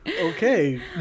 Okay